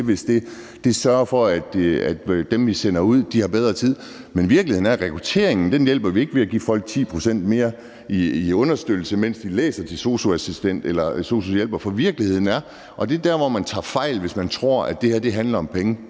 hvis det gør, at dem, vi sender ud, har bedre tid. Men rekrutteringen hjælper vi ikke ved at give folk 10 pct. mere i understøttelse, mens de læser til sosu-assistent eller sosu-hjælper, for virkeligheden er – og det er der, hvor man tager fejl, hvis man tror, at det her handler om penge